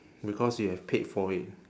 because you have paid for it